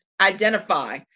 identify